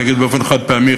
אני אגיד "באופן חד-פעמי",